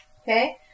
Okay